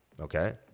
okay